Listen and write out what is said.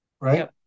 right